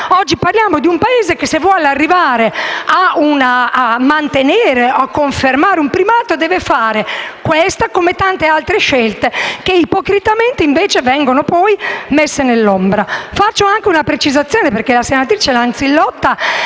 Oggi parliamo di un Paese che, se vuole arrivare a mantenere o confermare un primato, deve fare questa come tante altre scelte che ipocritamente, invece, vengono lasciate nell'ombra. Faccio anche una precisazione, avendo la senatrice Lanzillotta